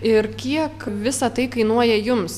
ir kiek visa tai kainuoja jums